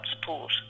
support